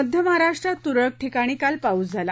मध्य महाराष्ट्रात तुरळक ठिकाणी काल पाऊस झाला